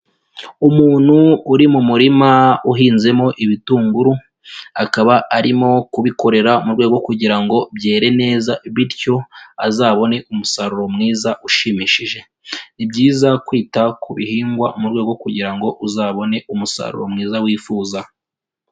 Umuntu uri mu murima uhinzemo ibitunguru, akaba arimo kubikorera mu rwego kugira ngo byere neza, bityo azabone umusaruro mwiza ushimishije. Ni byiza kwita ku bihingwa mu rwego kugira ngo uzabone umusaruro mwiza wifuza.